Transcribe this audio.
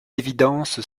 évidence